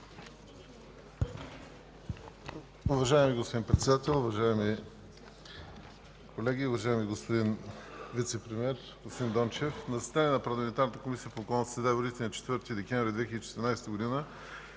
Уважаеми господин Председател, уважаеми колеги, уважаеми господин Вицепремиер господин Дончев! На заседание на парламентарната Комисия по околната среда и водите на 4 декември 2014 г.